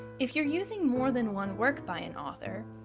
if you're using more than one work by an author,